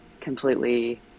completely